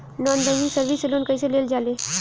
Non banking service से लोन कैसे लेल जा ले?